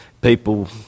people